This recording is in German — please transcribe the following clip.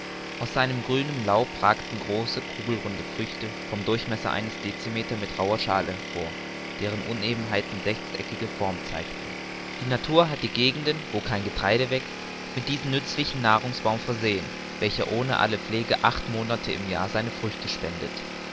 aus seinem grünen laub ragten große kugelrunde früchte vom durchmesser eines decimeter mit rauher schale hervor deren unebenheiten sechseckige form zeigten die natur hat die gegenden wo kein getreide wächst mit diesem nützlichen nahrungsbaum versehen welcher ohne alle pflege acht monate im jahre seine früchte spendet